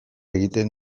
egiten